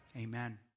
amen